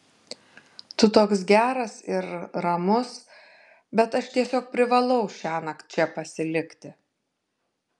tu toks geras ir ramus bet aš tiesiog privalau šiąnakt čia pasilikti